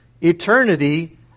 eternity